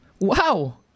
Wow